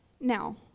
Now